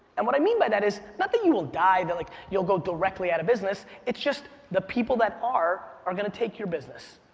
and what i mean by that is not that you will die that, like, you'll go directly out of business. it's just, the people that are are gonna take your business.